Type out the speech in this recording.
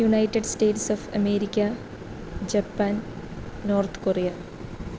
United States of America Japan North Korea